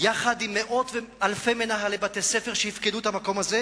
יחד עם מאות ואלפי מנהלי בתי-ספר שיפקדו את המקום הזה,